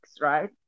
right